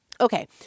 Okay